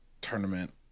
tournament